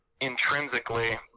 intrinsically